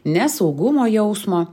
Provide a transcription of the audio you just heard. nesaugumo jausmo